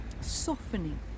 softening